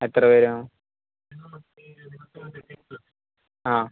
എത്ര പേരാണ് ആ